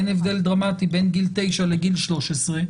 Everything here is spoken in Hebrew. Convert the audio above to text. אין הבדל דרמטי בין גיל 9 לגיל 13,